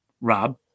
Rob